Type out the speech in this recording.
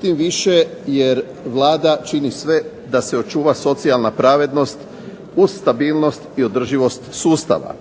tim više, jer Vlada čini sve da se očuva socijalna pravednost uz stabilnost i održivost sustava.